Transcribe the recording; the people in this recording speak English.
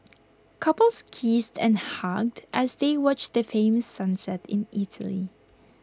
couples kissed and hugged as they watch the famous sunset in Italy